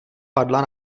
padla